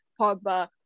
Pogba